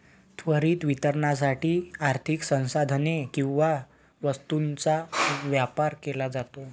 त्वरित वितरणासाठी आर्थिक संसाधने किंवा वस्तूंचा व्यापार केला जातो